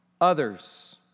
others